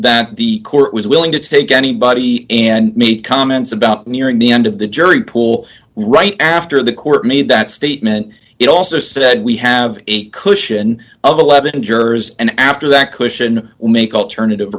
that the court was willing to take anybody and me comments about nearing the end of the jury pool right after the court made that statement it also said we have a cushion of eleven jurors and after that cushion will make alternative